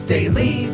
Daily